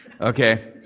Okay